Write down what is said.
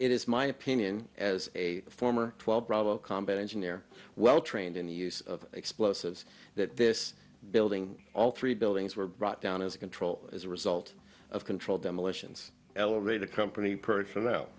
is my opinion as a former twelve combat engineer well trained in the use of explosives that this building all three buildings were brought down as controlled as a result of controlled demolitions elevator company personnel